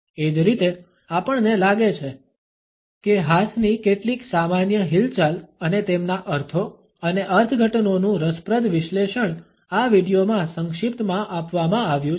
એ જ રીતે આપણને લાગે છે કે હાથની કેટલીક સામાન્ય હિલચાલ અને તેમના અર્થો અને અર્થઘટનોનું રસપ્રદ વિશ્લેષણ આ વિડિઓમાં સંક્ષિપ્તમાં આપવામાં આવ્યું છે